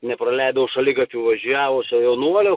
nepraleidau šaligatviu važiavusio jaunuolio